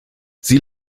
sie